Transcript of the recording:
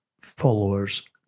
followers